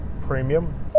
premium